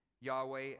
Yahweh